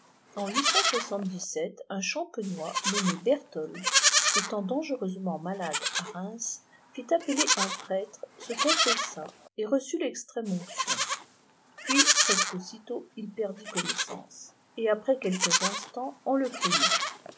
st'ï un champenois nommé berton étant dangereusement malade à reims fit appeler un prêtre se cfessa et reçut lextrêine onction puis presque aussitôt iï pert oénnaissaiiee i ebj après uekiaés insjtauts on le crut mçjrt